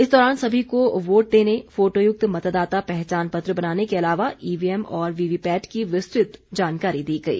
इस दौरान सभी को वोट देने फोटोयुक्त मतदाता पहचान पत्र बनाने के अलावा ईवीएम और वीवीपैट की विस्तृत जानकारी दी गई